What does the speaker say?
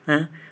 ah